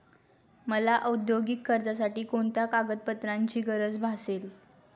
मला औद्योगिक कर्जासाठी कोणत्या कागदपत्रांची गरज भासेल?